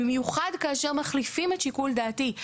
במיוחד כאשר מחליפים את שיקול דעתי.